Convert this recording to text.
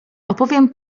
opowiem